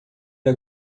era